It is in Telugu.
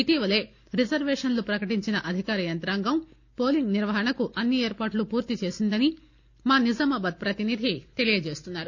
ఇటీవలే రిజర్వేషన్లను ప్రకటించిన అధికార యంత్రాంగం పోలింగ్ నిర్వహణకు అన్ని ఏర్పాట్లు పూర్తిచేసిందని మా నిజామాబాద్ ప్రతినిధి తెలియజేస్తున్నారు